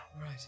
Right